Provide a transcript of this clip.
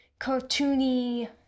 cartoony